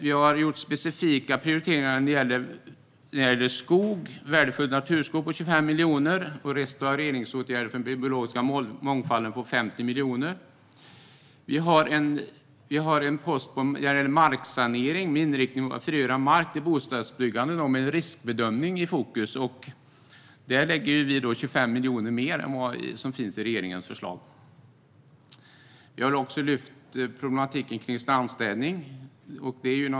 Vi har gjort specifika prioriteringar i form av 25 miljoner till värdefull naturskog och 50 miljoner till restaureringsåtgärder för den biologiska mångfalden. Vi har en post som gäller marksanering med inriktningen att frigöra mark till bostadsbyggande, med riskbedömning i fokus. Där lägger vi 25 miljoner mer än vad som finns i regeringens förslag. Vi har också lyft fram problematiken kring strandstädning.